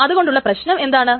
അതുകൊണ്ടുള്ള പ്രശ്നം എന്താണ്